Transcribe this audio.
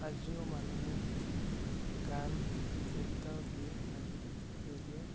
আজিও মানুহে গান নৃত্য গীত আদি ৰেডিঅ'ত